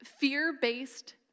fear-based